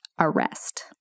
arrest